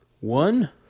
one